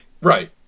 right